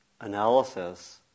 analysis